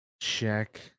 check